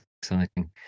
exciting